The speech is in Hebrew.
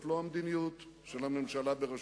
זאת לא המדיניות של הממשלה בראשותי.